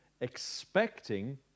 expecting